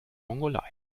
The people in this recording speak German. mongolei